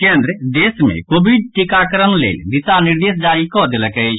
केन्द्र देश मे कोविड टीकाकरण लेल दिशा निर्देश जारी कऽ देलक अछि